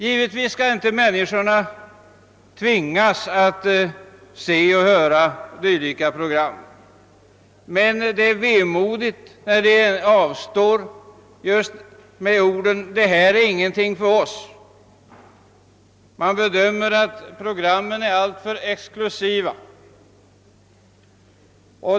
Givetvis skall inte människorna tvingas att se och höra dylika program, men det är vemodigt när människor avstår från bra program och säger att det inte är något för dem. Programmen bedöms vara alltför exklusiva.